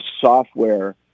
software